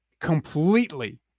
completely